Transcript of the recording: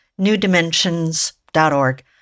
newdimensions.org